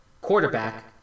quarterback